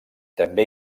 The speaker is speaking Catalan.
també